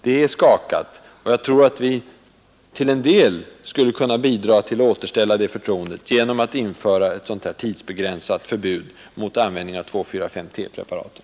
Det är skakat, och jag tror att vi skulle kunna bidra till att återställa förtroendet genom att införa ett sådant här tidsbegränsat förbud mot 2,4,5-T-preparaten.